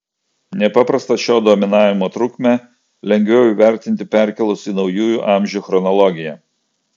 nepaprastą šio dominavimo trukmę lengviau įvertinti perkėlus į naujųjų amžių chronologiją